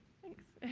thanks.